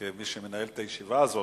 כמי שמנהל את הישיבה הזאת,